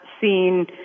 seen